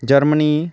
Germany